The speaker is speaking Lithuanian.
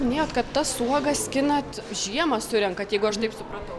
minėjot kad tas uogas skinat žiemą surenkat jeigu aš taip supratau